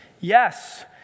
Yes